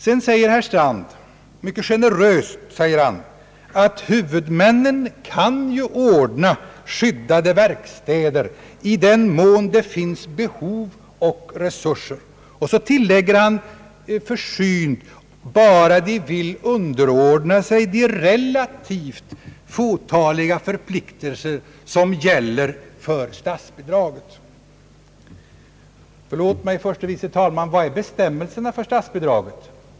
Herr Strand säger mycket generöst att huvudmännen ju kan ordna skyddade verkstäder, i den mån det finns behov och resurser, och så tilläggger han försynt: »bara de vill underordna sig de relativt fåtaliga förpliktelser som gäller för statsbidrag». Förlåt mig, herr förste vice talman, men jag måste fråga: Vilka är bestämmelserna för statsbidrag?